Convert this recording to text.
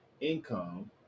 income